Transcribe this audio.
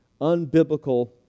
unbiblical